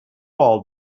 all